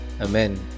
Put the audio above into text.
Amen